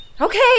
Okay